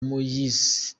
moise